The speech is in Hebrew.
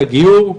את הגיור,